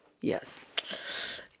Yes